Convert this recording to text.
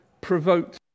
provoked